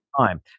time